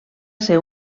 ser